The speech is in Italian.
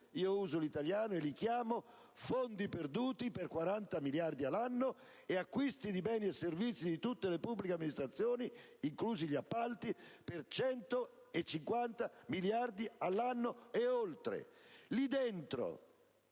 io, usando l'italiano, chiamo fondi perduti, per 40 miliardi di euro all'anno, e acquisti di beni e servizi di tutte le pubbliche amministrazioni, inclusi gli appalti, per 150 miliardi di euro all'anno, e oltre!